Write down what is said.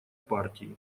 партии